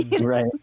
right